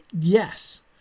Yes